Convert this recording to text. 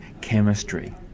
chemistry